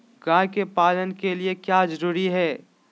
गाय के पालन के लिए क्या जरूरी है?